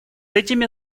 этими